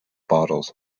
bottles